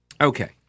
Okay